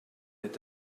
est